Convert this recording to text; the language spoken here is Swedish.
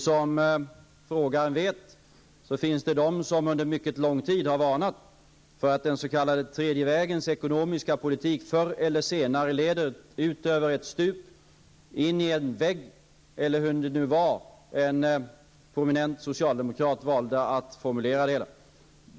Som frågeställaren vet finns det de som under mycket lång tid har varnat för att den s.k. tredje vägens ekonomiska politik förr eller senare leder ut över ett stup, in i en vägg, eller hur det nu var en prominent socialdemokrat valde att formulera sig.